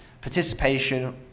participation